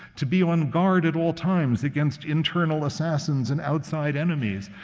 to be on guard at all times against internal assassins and outside enemies.